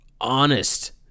honest